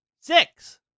Six